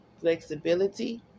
flexibility